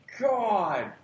god